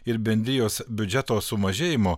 ir bendrijos biudžeto sumažėjimo